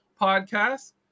podcast